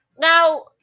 now